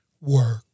work